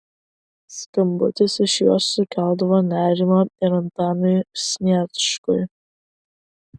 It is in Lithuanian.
skambutis iš jos sukeldavo nerimo ir antanui sniečkui